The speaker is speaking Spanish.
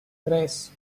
tres